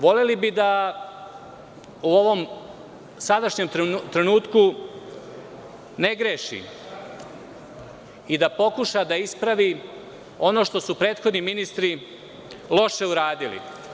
Voleli bi da u ovom sadašnjem trenutku ne greši i da pokuša da ispravi ono što su prethodni ministri loše uradili.